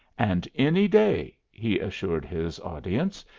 and any day, he assured his audience,